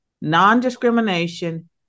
non-discrimination